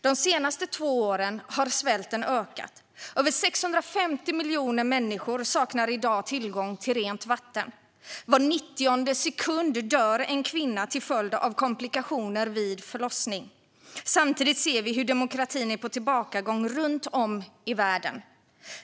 De senaste två åren har svälten ökat. Över 650 miljoner människor saknar i dag tillgång till rent vatten. Var 90:e sekund dör en kvinna till följd av komplikationer vid förlossning. Samtidigt ser vi hur demokratin är på tillbakagång runt om i världen.